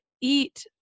eat